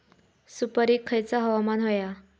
सुपरिक खयचा हवामान होया?